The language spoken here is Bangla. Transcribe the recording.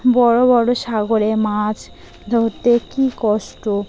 বড়ো বড়ো সাগরে মাছ ধরতে কী কষ্ট